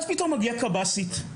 אז מגיעה קבס"ית,